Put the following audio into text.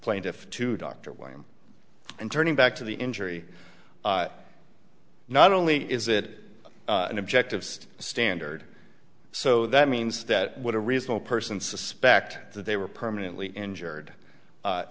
plaintiff to dr william and turning back to the injury not only is it an objective standard so that means that would a reasonable person suspect that they were permanently injured